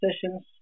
sessions